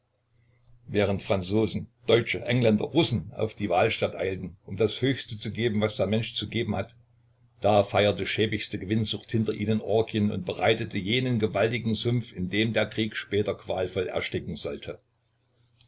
während franzosen deutsche engländer russen auf die wahlstatt eilten um das höchste zu geben was der mensch zu geben hat da feierte schäbigste gewinnsucht hinter ihnen orgien und bereitete jenen gewaltigen sumpf in dem der krieg später qualvoll ersticken sollte